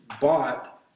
bought